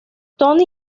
tony